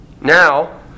Now